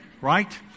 Right